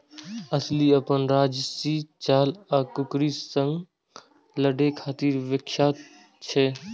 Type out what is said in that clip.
असील अपन राजशी चाल आ कुकुर सं लड़ै खातिर विख्यात छै